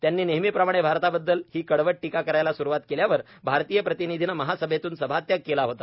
त्यांनी नेहमीप्रमाणे भारताबद्दल ही कडवट टीका करायला सुरुवात केल्यावर भारतीय प्रतिनिधीनं महासभेतून सभात्याग केला होता